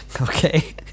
Okay